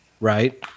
right